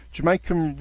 Jamaican